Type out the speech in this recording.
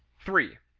three.